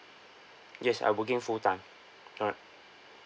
yes I working full time correct